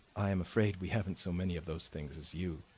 i am afraid we haven't so many of those things as you,